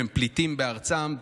הם פליטים בארצם,